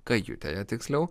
kajutėje tiksliau